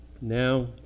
Now